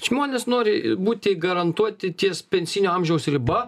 žmonės nori būti garantuoti ties pensijinio amžiaus riba